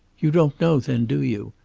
you don't know, then, do you?